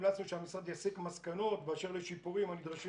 המלצנו שהמשרד יסיק מסקנות באשר לשיפורים הנדרשים